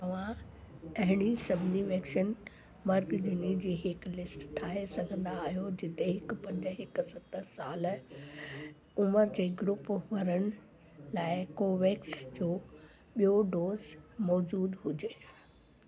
तव्हां अहिड़नि सभिनी वैक्सीन मर्कजनि जी हिक लिस्ट ठाहे सघंदा आहियो जिते पंद्रहं सत्रहं साल उमिरि जे ग्रूप वारनि लाइ कोवोवेक्स जो ॿियो डोज़ मौज़ूदु हुजे